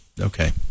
Okay